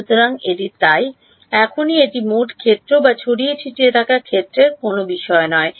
সুতরাং এটি তাই এখনই এটি মোট ক্ষেত্র বা ছড়িয়ে ছিটিয়ে থাকা ক্ষেত্রের কোনও বিষয় নয়